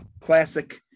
classic